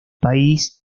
país